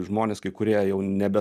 žmonės kai kurie jau nebe